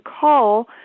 call